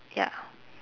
ya